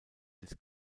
des